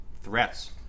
threats